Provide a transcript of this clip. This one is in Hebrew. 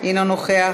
אינו נוכח.